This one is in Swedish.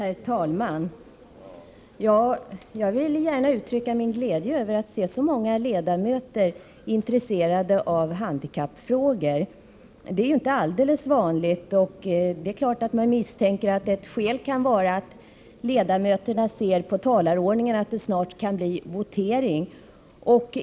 Herr talman! Jag vill gärna uttrycka min glädje över att se att så många ledamöter är intresserade av handikappfrågor. Det är inte alldeles vanligt. Det är klart att jag misstänker att ett skäl kan vara att ledamöterna av talarlistan ser att det snart kan bli votering igen.